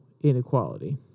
inequality